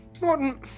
Morton